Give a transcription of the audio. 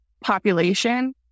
population